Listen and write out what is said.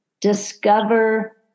discover